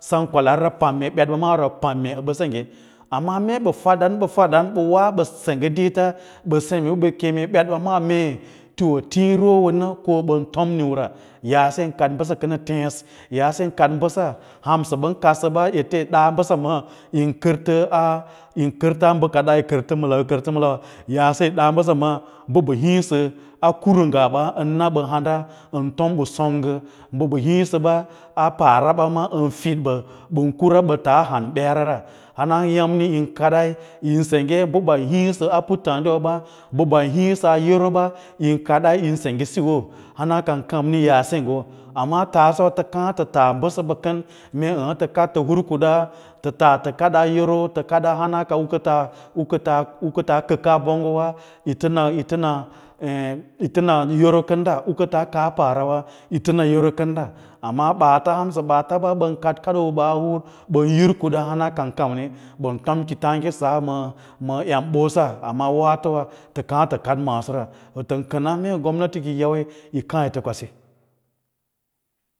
Sem kwalaarira, pam mee ɓetba maa rau pam mee əbə senggye amma pə mee ɓə fada ɓə faɗan ɓə woa mee wo ɓə sengge ɗiita bə sengge ɓə keme ɓetɓa maa mee tiwo tiĩ rolonə ko ɓən tom niu ra yaase yin kaɗ bəsa kənaw tě’ês yaasen kaɗ bəsa, hansə ɓən kadsə ba ete yi ɗa bəsa maa yin kərtə aa, yin kərta bə kaɗa yi kərtə maa, yi kərtə ma lawa yaase yi ɗa bəss maa mbə ɓə hiĩsə a kurunggaɓa yín na ɓə handa yín tom ɓə songgə mbə hīīsə ɓa a paꞌara ɓa maa ɓən fəɗ ɓə, ɓən kura ɓə taa han ɓerara hanyâmma yi kada yín sengge mbə ɓan hiĩsə a puttǎǎdiwa ba, ban hiĩsa a yoro ɓa yin kaɗa yin sengge siyo, hana kau kamni yaa senggo, amma tase watə kaã tə taa bəsaba kən mee tə kaɗ tə hur kuɗa tə tas tə kaɗaa yoro, tə kaɗa hana ukuta kam kəta kəkas bonggo wa yi tə na yi tə na yi tə na yoro kən ɗa hana kaa parawa yitə na yoro kən da amma hansə baata ɓa, ɓaata ɓən kaɗ kaɗoo ɓaa huũra, ɓən hur kuɗa hana kan kamii ɓən tom kitaãga sa ma embosa amma wa towa tə kaã tə kaɗ maasora, wǎtən kəna mee gomnati kiyawa yi kaã yitə kwasi.